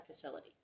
facility